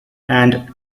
and